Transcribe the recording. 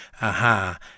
Aha